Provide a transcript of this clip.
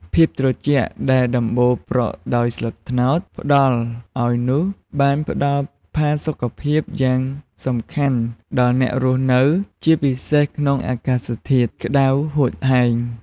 ភាពត្រជាក់ដែលដំបូលប្រក់ដោយស្លឹកត្នោតផ្ដល់ឲ្យនោះ បានផ្ដល់ផាសុកភាពយ៉ាងសំខាន់ដល់អ្នករស់នៅ ជាពិសេសក្នុងអាកាសធាតុក្តៅហួតហែង។